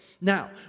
Now